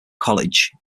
college